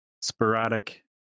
sporadic